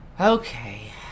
Okay